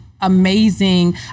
amazing